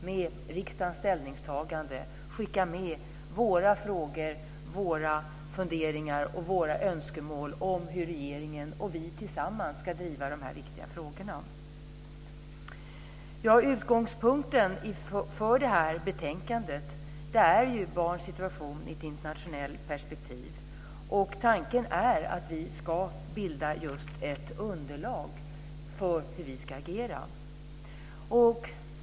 Vi kan skicka med våra frågor, våra funderingar och våra önskemål om hur regeringen och vi tillsammans ska driva dessa viktiga frågor. Utgångspunkten för betänkandet är barns situation i ett internationellt perspektiv. Tanken är att vi ska bilda ett underlag för hur vi ska agera.